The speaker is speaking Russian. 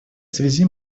связи